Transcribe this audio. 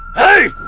hey,